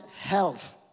health